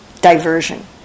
Diversion